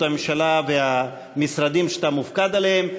הממשלה והמשרדים שאתה מופקד עליהם.